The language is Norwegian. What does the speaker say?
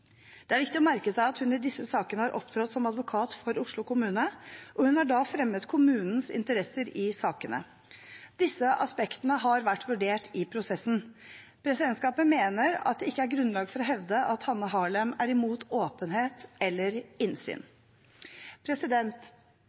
Det er viktig å merke seg at hun i disse sakene har opptrådt som advokat for Oslo kommune, og hun har da fremmet kommunens interesser i sakene. Disse aspektene har vært vurdert i prosessen. Presidentskapet mener at det ikke er grunnlag for å hevde at Hanne Harlem er imot åpenhet eller innsyn.